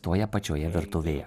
toje pačioje virtuvėje